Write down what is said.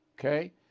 okay